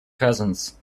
peasants